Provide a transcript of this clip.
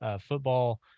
football